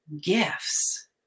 gifts